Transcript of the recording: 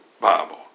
Bible